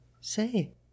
Say